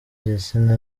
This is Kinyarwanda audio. igitsina